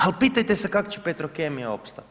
Ali pitajte se kako će petrokemija opstati.